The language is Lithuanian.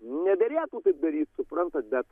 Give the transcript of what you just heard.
nederėtų taip daryti suprantate